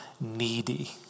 needy